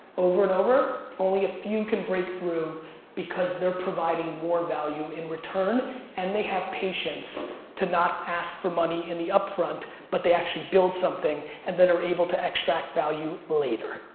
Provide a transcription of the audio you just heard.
over and over, only a few can break through because they're providing more value in return and they have patience to not ask for money in the upfront but they actually build something and then they're able to extract value later.